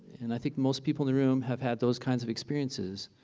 and i think most people in the room have had those kinds of experiences,